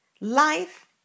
Life